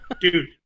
Dude